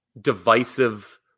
divisive